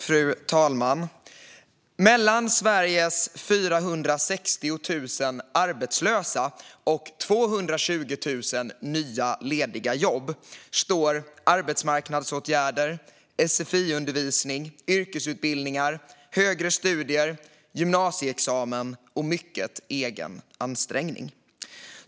Fru talman! Mellan Sveriges 460 000 arbetslösa och 220 000 nya lediga jobb står arbetsmarknadsåtgärder, sfi-undervisning, yrkesutbildningar, högre studier, gymnasieexamen och stor egen ansträngning.